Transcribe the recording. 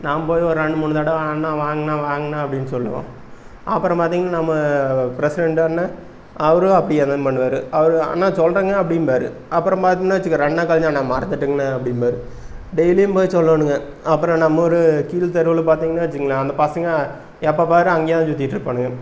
நான் போய் ஒரு ரெண்டு மூணு தடவை அண்ணா வாங்கண்ணா வாங்கண்ணா அப்படின்னு சொல்லுவோம் அப்புறம் பார்த்தீங்கன்னா நம்ம ப்ரெசிரண்ட்டு அண்ணா அவரும் அப்படியே தான் பண்ணுவார் அவர் அண்ணா சொல்கிறேங்க அப்படிம்பாரு அப்புறம் பார்த்தீங்கன்னா வச்சுக்க ரெண்டு நாள் கழிச்சி அண்ணா மறந்துவிட்டேங்கண்ண அப்படிம்பாரு டெய்லியும் போய் சொல்லோணுங்க அப்புறம் நம்மூர் கீழ் தெருவில் பார்த்தீங்கன்னு வச்சுங்களேன் அந்த பசங்கள் எப்போ பார் அங்கேயே தான் சுற்றிட்டு இருப்பானுங்க